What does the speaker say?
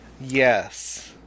Yes